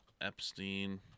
Epstein